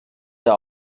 der